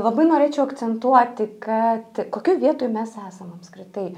labai norėčiau akcentuoti kad kokioj vietoj mes esam apskritai